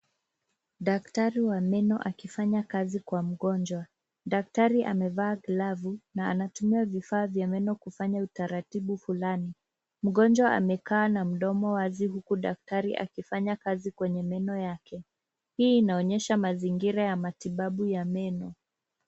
Daktari wa meno akifanya kazi kwa mgonjwa. Daktari amevaa glavu na anatumia vifaa vya meno kufanya utaratibu fulani. Mgonjwa amekaa na mdomo wazi huku daktari akifanya kazi kwenye meno yake. Hii inaonyesha mazingira ya matibabu ya meno.